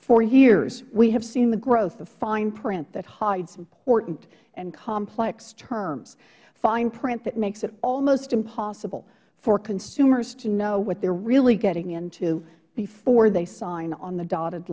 for years we have seen the growth of fine print that hides important and complex terms fine print that makes it almost impossible for consumers to know what they are really getting into before they sign on the dotted